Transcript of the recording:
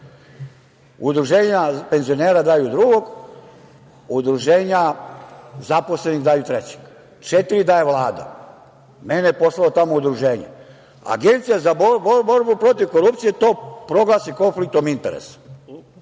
udruženja penzionera daju drugog, udruženja zaposlenih daju trećeg, četiri daje Vlada, mene je poslalo tamo udruženje. Agencija za borbu protiv korupcije to proglasi konfliktom interesa.